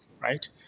right